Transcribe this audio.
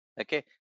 Okay